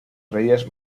reyes